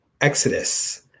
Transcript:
Exodus